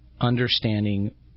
understanding